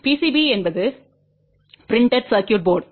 PCB என்பது printed circuit board